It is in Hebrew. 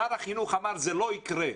שר החינוך אמר שזה לא יקרה,